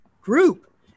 group